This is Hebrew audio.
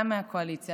גם מהקואליציה,